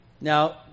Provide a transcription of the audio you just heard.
Now